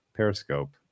periscope